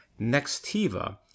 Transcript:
Nextiva